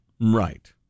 Right